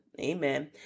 amen